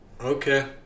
Okay